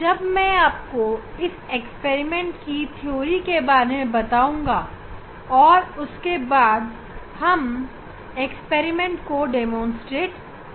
अब मैं आपको इस प्रयोग की थ्योरी के बारे में बताऊंगा और उसके बाद हम प्रयोग का प्रदर्शन करेंगे